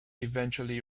eventually